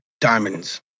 diamonds